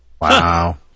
Wow